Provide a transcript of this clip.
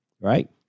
Right